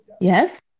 Yes